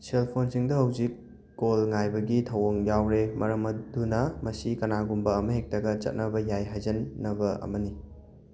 ꯁꯦꯜ ꯐꯣꯟꯁꯤꯡꯗ ꯍꯧꯖꯤꯛ ꯀꯣꯜ ꯉꯥꯏꯕꯒꯤ ꯊꯧꯑꯣꯡ ꯌꯥꯎꯔꯦ ꯃꯔꯝ ꯑꯗꯨꯅ ꯃꯁꯤ ꯀꯅꯥꯒꯨꯝꯕ ꯑꯃ ꯍꯦꯛꯇꯒ ꯆꯠꯅꯕ ꯌꯥꯏ ꯍꯥꯏꯖꯟꯅꯕ ꯑꯃꯅꯤ